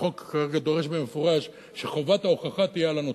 החוק דורש במפורש שחובת ההוכחה תהיה על הנותן.